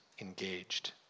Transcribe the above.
engaged